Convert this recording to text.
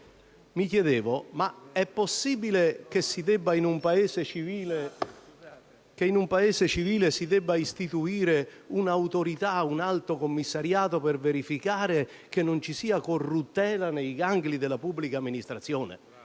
mi chiedevo: ma è possibile che in un Paese civile si debba istituire una autorità, un alto commissariato per verificare che non ci sia corruttela nei gangli della pubblica amministrazione?